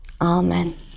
Amen